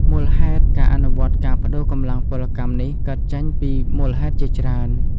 មូលហេតុការអនុវត្តការប្តូរកម្លាំងពលកម្មនេះកើតចេញពីមូលហេតុជាច្រើន